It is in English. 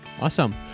Awesome